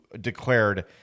declared